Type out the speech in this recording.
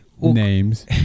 Names